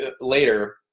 later